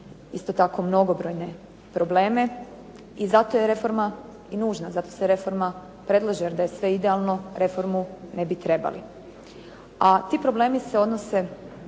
isto tako mnogobrojne probleme i zato je reforma nužna, zato se reforma predlaže jer da je sve idealno, reformu ne bi trebali. A ti problemi se odnose